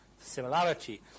similarity